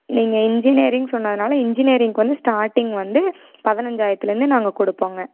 நீங்கள் இன்ஜினியரிங் சொன்னதுனால் இன்ஜினியரிங்க்கு வந்து ஸ்டார்ட்டிங் வந்து பதினைஞ்சாயிரத்துலேருந்தே நாங்கள் கொடுப்போங்க